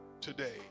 today